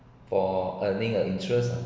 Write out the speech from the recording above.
for earning a interest